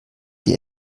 die